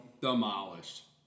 Demolished